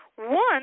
One